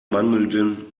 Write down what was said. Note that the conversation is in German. mangelnden